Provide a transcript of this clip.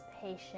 patient